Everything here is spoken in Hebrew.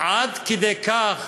עד כדי כך